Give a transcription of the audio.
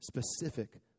specific